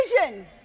vision